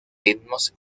ritmos